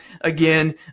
Again